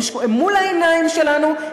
הם מול העיניים שלנו,